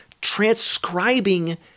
transcribing